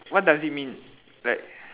what does it mean like